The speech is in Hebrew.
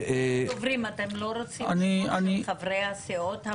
אתם לא רוצים את שמות חברי הסיעות?